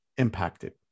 impacted